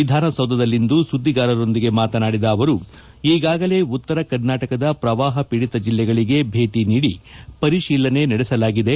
ವಿಧಾನಸೌಧದಲ್ಲಿಂದು ಸುದ್ಲಿಗಾರರೊಂದಿಗೆ ಮಾತನಾಡಿದ ಅವರು ಈಗಾಗಲೇ ಉತ್ತರ ಕರ್ನಾಟಕದ ಪ್ರವಾಹಪೀಡಿತ ಬೆಲ್ಲೆಗಳಗೆ ಭೇಟಿ ನೀಡಿ ಪರಿಶೀಲನೆ ನಡೆಸಲಾಗಿದೆ